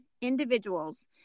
individuals